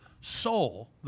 soul